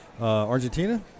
Argentina